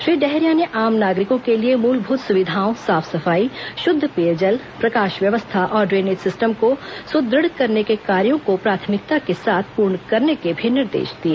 श्री डहरिया ने आम नागरिकों के लिए मूलभूत सुविधाओं सार्फ सफाई शुद्ध पेयजल प्रकाश व्यवस्था और इनेज सिस्टम को सुदृढ़ करने के कार्यो को प्राथमिकता के साथ पूर्ण करने के भी निर्देश दिए